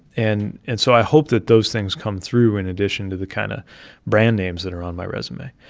and and so i hope that those things come through in addition to the kind of brand names that are on my resume.